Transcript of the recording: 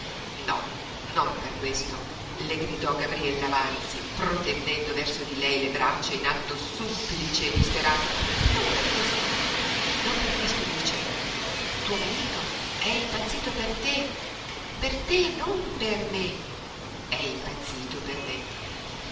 no non per questo le gridò gabriella vanzi protendendo verso di lei le braccia in atto supplice e disperato non per questo non per questo bice tuo marito è impazzito per te per te non per me è impazzito per me